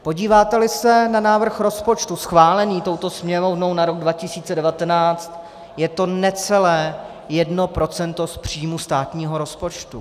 Podíváteli se na návrh rozpočtu schválený touto Sněmovnou na rok 2019, je to necelé jedno procento z příjmu státního rozpočtu.